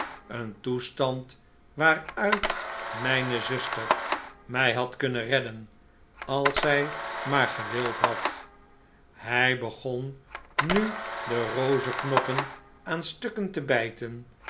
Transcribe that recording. een toestand waaruit mijne zuster mij had kunnen redden als zij maar gewild had hij begon nu de rozeknoppen aan stukken te bijten